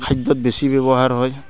খাদ্যত বেছি ব্যৱহাৰ হয়